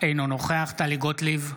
אינו נוכח טלי גוטליב,